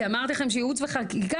כי אמרתי ייעוץ וחקיקה,